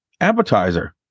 appetizer